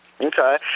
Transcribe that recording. Okay